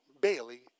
Bailey